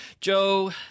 Joe